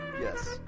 Yes